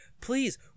please